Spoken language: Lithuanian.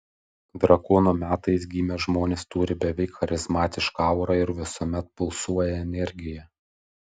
drakono metais gimę žmonės turi beveik charizmatišką aurą ir visuomet pulsuoja energija